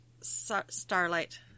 starlight